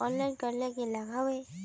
Online करले की लागोहो होबे?